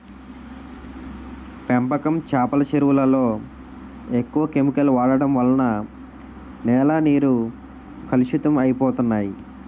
పెంపకం చేపల చెరువులలో ఎక్కువ కెమికల్ వాడడం వలన నేల నీరు కలుషితం అయిపోతన్నాయి